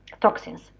toxins